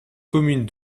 communes